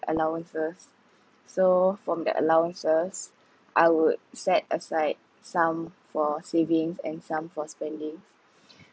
allowances so from the allowances I would set aside some for savings and some for spending